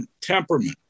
temperament